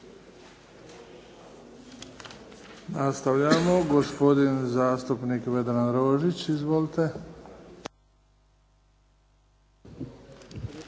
Hvala.